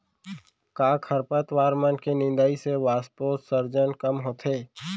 का खरपतवार मन के निंदाई से वाष्पोत्सर्जन कम होथे?